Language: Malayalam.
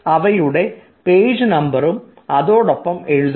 അവയുടെ പേജ് നമ്പറും അതോടൊപ്പം എഴുതുക